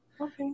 Okay